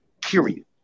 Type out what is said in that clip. Period